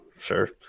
Sure